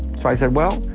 so i said, well,